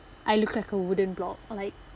I look like a wooden block like